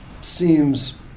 seems